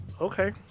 Okay